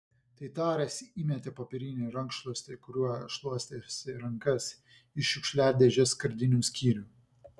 tai taręs įmetė popierinį rankšluostį kuriuo šluostėsi rankas į šiukšliadėžės skardinių skyrių